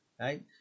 right